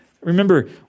Remember